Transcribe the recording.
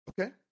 Okay